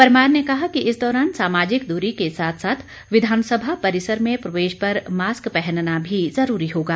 परमार ने कहा कि इस दौरान सामाजिक दूरी के साथ साथ विधानसभा परिसर में प्रवेश पर मास्क पहनना भी जरूरी होगा